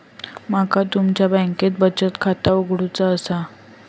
माका तुमच्या बँकेत बचत खाता उघडूचा असा?